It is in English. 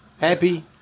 happy